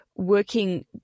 working